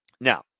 Now